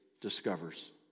discovers